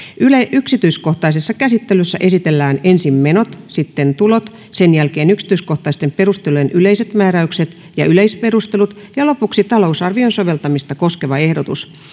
yksityiskohtaisessa käsittelyssä esitellään ensin menot sitten tulot sen jälkeen yksityiskohtaisten perustelujen yleiset määräykset ja yleisperustelut ja lopuksi talousarvion soveltamista koskeva ehdotus